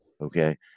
okay